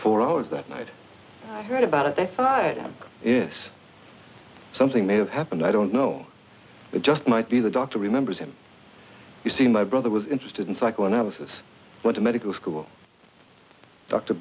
four hours that night i heard about it i thought yes something may have happened i don't know it just might be the doctor remembers him you see my brother was interested in psychoanalysis went to medical school dr